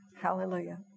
Hallelujah